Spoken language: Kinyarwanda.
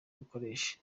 bukoreshe